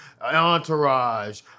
Entourage